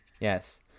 Yes